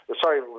sorry